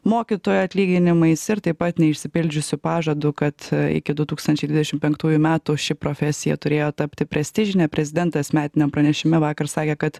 mokytojų atlyginimais ir taip pat neišsipildžiusiu pažadu kad iki du tūkstančiais dvidešimt penktųjų metų ši profesija turėjo tapti prestižine prezidentas metiniam pranešime vakar sakė kad